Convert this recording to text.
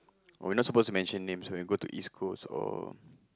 oh we're not suppose to mention names right go to East-Coast or